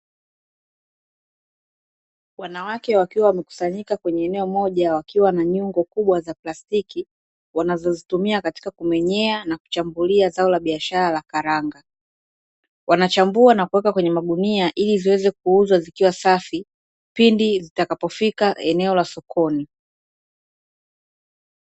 Wanawake wakiwa wamekusanyika eneo moja wakiwa na nyungo kubwa za plastiki, wanazozitumia katika kumenyea na kuchambulia zao la biashara la karanga. Wanachambua na kuweka kwenye magunia ili ziweze kuwa safi pindi zitakapofika eneo la sokoni.